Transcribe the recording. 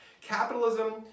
Capitalism